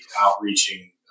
outreaching